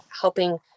helping